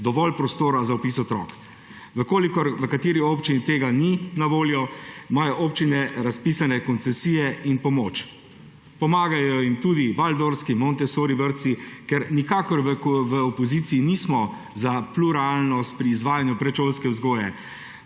dovolj prostora za vpis otrok. V kolikor v kateri občini tega ni na voljo, imajo občine razpisane koncesije in pomoč. Pomagajo jim tudi valdorfski, montessori vrtci. Nikakor da v opoziciji nismo za pluralnost pri izvajanju predšolske vzgoje,